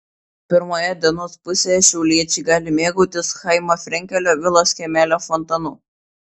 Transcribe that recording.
pirmoje dienos pusėje šiauliečiai gali mėgautis chaimo frenkelio vilos kiemelio fontanu